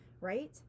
right